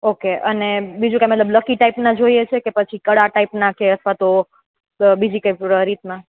okay અને બીજું કંઇ મતલબ લક્કી ટાઇપ ના જોઈએ છે કે પછી કડા ટાઇપના કે અથવા તો બીજી કઈ રીતના